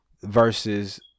versus